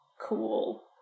cool